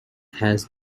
has